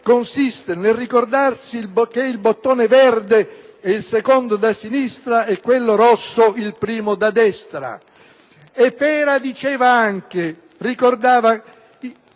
consiste nel ricordarsi che il bottone verde è il secondo da sinistra e quello rosso il primo da destra». Ricordava inoltre